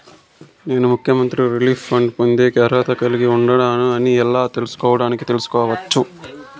నేను ముఖ్యమంత్రి relief fund పొందేకి అర్హత కలిగి ఉండానా అని ఎలా తెలుసుకోవడానికి తెలుసుకోవచ్చు